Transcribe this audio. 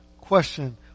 question